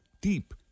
deep